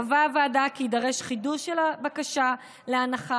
קבעה הוועדה כי יידרש חידוש של בקשה להנחה